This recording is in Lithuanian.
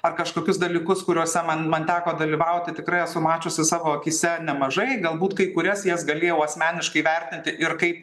ar kažkokius dalykus kuriuose man man teko dalyvauti tikrai esu mačiusi savo akyse nemažai galbūt kai kurias jas galėjau asmeniškai vertinti ir kaip